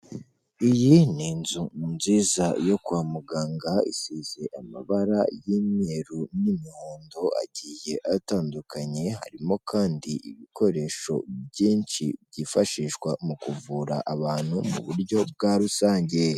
Iyi ni inzu nziza yo kwa muganga isize amabara y'imyeru n'imihondo agiye atandukanye harimo kandi ibikoresho byinshi byifashishwa mu kuvura abantu mu buryo bwa rusange.